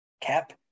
cap